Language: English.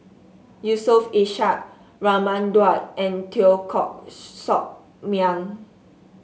Yusof Ishak Raman Daud and Teo Koh Sock Miang